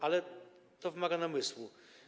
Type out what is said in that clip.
Ale to wymaga namysłu.